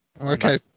Okay